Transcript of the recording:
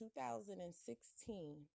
2016